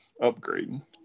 upgrading